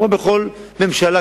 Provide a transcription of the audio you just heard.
כמו בכל ממשלה,